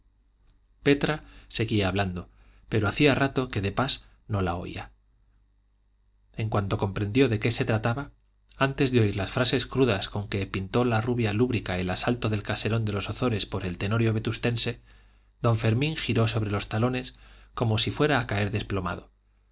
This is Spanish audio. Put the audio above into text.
petra seguía hablando pero hacía rato que de pas no la oía en cuanto comprendió de qué se trataba antes de oír las frases crudas con que pintó la rubia lúbrica el asalto del caserón de los ozores por el tenorio vetustense don fermín giró sobre los talones como si fuera a caer desplomado